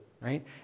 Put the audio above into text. right